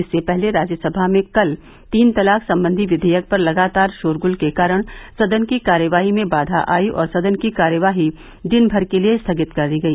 इससे पहले राज्यसभा में कल तीन तलाक संबंधी विधेयक पर लगातार शोर गुल के कारण सदन की कार्यवाही में बाधा आयी और सदन की कार्यवाही दिनभर के लिए स्थगित कर दी गई